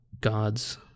God's